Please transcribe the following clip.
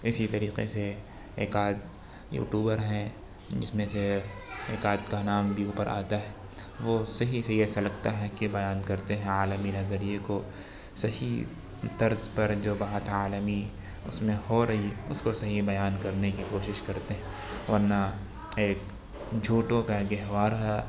اسی طریقے سے ایک آدھ یوٹوبر ہیں جس میں سے ایک آدھ کا نام بھی اوپر آتا ہے وہ صحیح صحیح ایسا لگتا ہے کہ بیان کرتے ہیں عالمی نظریے کو صحیح طرز پر جو بات عالمی اس میں ہو رہی ہے اس کو صحیح بیان کرنے کی کوشش کرتے ہیں ورنہ ایک جھوٹوں کا گہوارہ